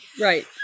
Right